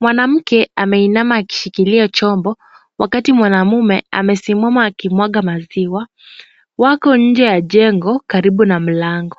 Mwanamke ameinama akishikilia chombo wakati mwanaume amesimama akimwaga maziwa. Wako nje ya jengo karibu na mlango.